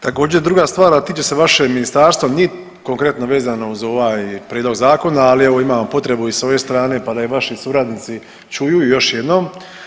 Također druga stvar, a tiče se vašeg ministarstva konkretno vezano uz ovaj prijedlog zakona, ali evo imamo potrebu i s ove strane pa da i vaši suradnici čuju još jednom.